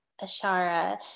Ashara